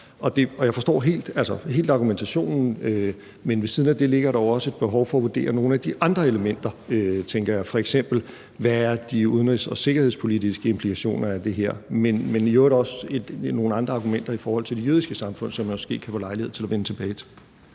jeg forstår helt argumentationen, men ved siden af det ligger der jo også et behov for at vurdere nogle af de andre elementer, tænker jeg, f.eks. hvad de udenrigs- og sikkerhedspolitiske implikationer i det her er, men jo i øvrigt også nogle andre argumenter i forhold til det jødiske samfund, som jeg måske kan få lejlighed til at vende tilbage til.